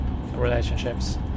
relationships